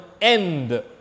end